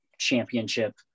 championship